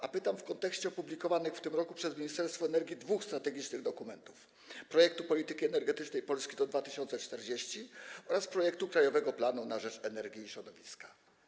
A pytam w kontekście opublikowanych w tym roku przez Ministerstwo Energii dwóch strategicznych dokumentów: projektu „Polityka energetyczna Polski do 2040 r.” oraz projektu krajowego planu na rzecz energii i środowiska.